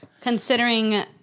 considering